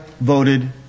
voted